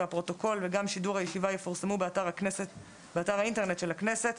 והפרוטוקול וגם שידור הישיבה יפורסמו באתר האינטרנט של הכנסת.